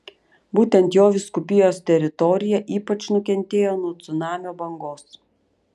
būtent jo vyskupijos teritorija ypač nukentėjo nuo cunamio bangos